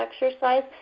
exercise